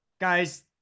guys